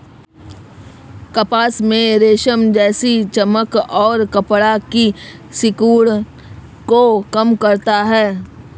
कपास में रेशम जैसी चमक और कपड़ा की सिकुड़न को कम करता है